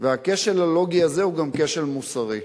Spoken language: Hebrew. והכשל הלוגי הזה הוא גם כשל מוסרי.